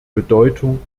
bedeutung